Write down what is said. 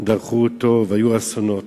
דרכו אותו והיו אסונות.